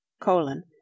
colon